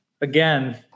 Again